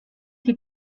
sie